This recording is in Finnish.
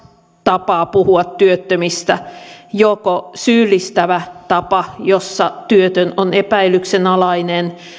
tapaa puhua työttömistä joko syyllistävä tapa jossa työtön on epäilyksenalainen